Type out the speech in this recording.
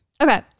Okay